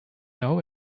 know